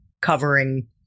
covering